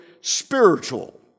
spiritual